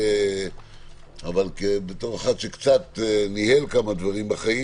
אבל בתור אחד שקצת ניהל כמה דברים בחיים